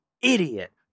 idiot